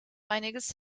einiges